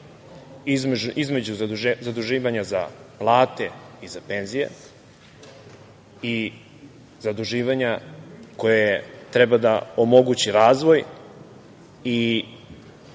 između zaduživanja za plate i za penzije i zaduživanja koje treba da omogući razvoj i